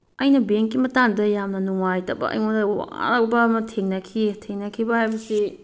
ꯑꯩꯅ ꯕꯦꯡꯒꯤ ꯃꯇꯥꯡꯗ ꯌꯥꯝꯅ ꯅꯨꯉꯥꯏꯇꯕ ꯑꯩꯉꯣꯟꯗ ꯋꯥꯕ ꯑꯃ ꯊꯦꯡꯅꯈꯤꯑꯦ ꯊꯦꯡꯅꯈꯤꯕ ꯍꯥꯏꯕꯁꯤ